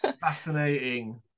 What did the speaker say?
Fascinating